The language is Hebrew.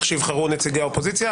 לפי איך שיבחרו נציגי האופוזיציה.